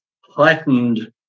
heightened